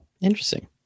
Interesting